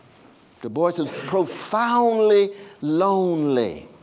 du bois is profoundly lonely.